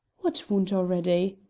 what wound already?